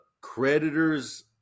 creditors